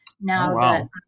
now